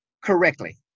correctly